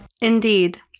Indeed